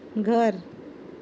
घर